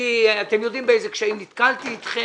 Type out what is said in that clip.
אתם יודעים באיזה קשיים נתקלתי אתכם.